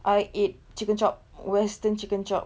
I ate chicken chop western chicken chop